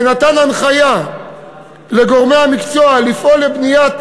ונתן הנחיה לגורמי המקצוע לפעול לבניית